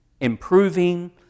improving